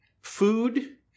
food